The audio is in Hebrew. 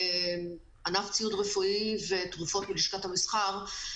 אני מענף ציוד רפואי ותרופות בלשכת המסחר.